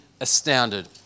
astounded